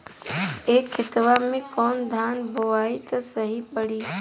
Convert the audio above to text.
ए खेतवा मे कवन धान बोइब त सही पड़ी?